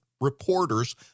reporters